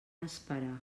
esperar